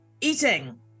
eating